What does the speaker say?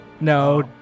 No